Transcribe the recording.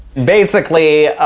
basically,